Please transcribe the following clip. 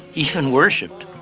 even worshiped.